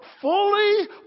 Fully